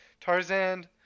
Tarzan